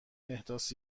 احداث